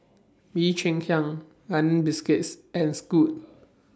Bee Cheng Hiang London Biscuits and Scoot